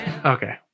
Okay